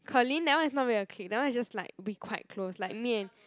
Ker-Lin that one is not really a clique that one is just like we quite close like me and